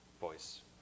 voice